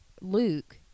Luke